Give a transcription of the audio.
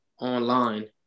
online